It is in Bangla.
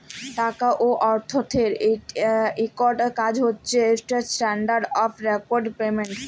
টাকা বা অথ্থের ইকট কাজ হছে ইস্ট্যান্ডার্ড অফ ডেফার্ড পেমেল্ট